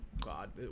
God